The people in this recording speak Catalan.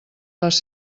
les